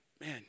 man